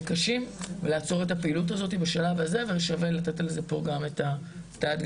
קשים ולעצור את הפעילות הזאת בשלב הזה ושווה לתת על זה פה את הדעת,